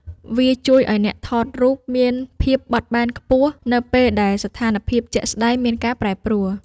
វាជួយឱ្យអ្នកថតរូបមានភាពបត់បែនខ្ពស់ នៅពេលដែលស្ថានភាពជាក់ស្ដែងមានការប្រែប្រួល។